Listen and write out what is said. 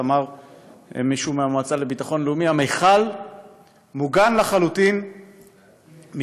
אמר מישהו מהמועצה לביטחון לאומי: המכל מוגן לחלוטין מכל